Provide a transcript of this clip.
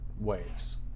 waves